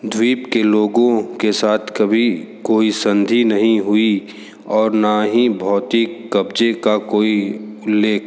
द्वीप के लोगों के साथ कभी कोई संधि नहीं हुई और न ही भौतिक कब्ज़े का कोई उल्लेख